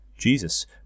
Jesus